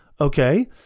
okay